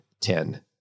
ten